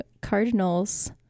Cardinals